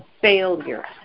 failure